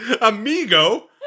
Amigo